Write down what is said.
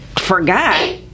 forgot